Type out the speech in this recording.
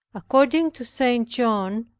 according to st. john,